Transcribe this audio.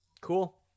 Cool